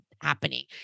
happening